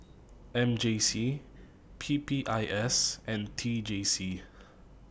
M J C P P I S and T J C